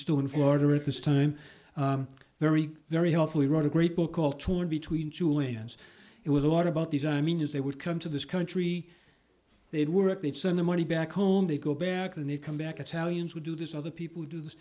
still in florida or at this time very very helpfully wrote a great book called torn between julian's it was a lot about these i mean as they would come to this country they'd work they'd send the money back home they go back and they'd come back italians would do this other people do this